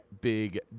big